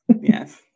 yes